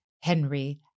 Henry